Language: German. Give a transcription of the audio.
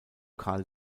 karl